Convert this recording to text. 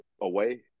away